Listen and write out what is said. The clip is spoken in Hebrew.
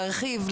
להרחיב,